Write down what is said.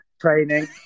training